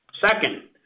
Second